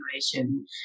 generation